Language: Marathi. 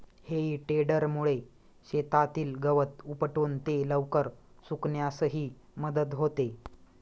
हेई टेडरमुळे शेतातील गवत उपटून ते लवकर सुकण्यासही मदत होते